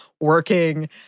working